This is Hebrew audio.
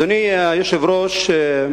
אדוני היושב-ראש,